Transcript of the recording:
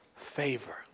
favor